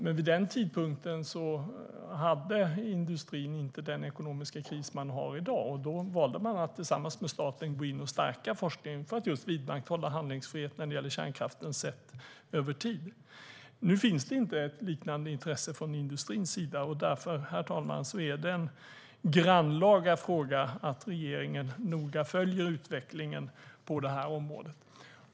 Men vid denna tidpunkt hade industrin inte den ekonomiska kris som man har i dag, och då valde man att tillsammans med staten gå in och stärka forskningen för att just vidmakthålla handlingsfrihet när det gäller kärnkraften sett över tid. Nu finns det inte ett liknande intresse från industrins sida. Därför är det en grannlaga fråga att regeringen noga följer utvecklingen på detta område.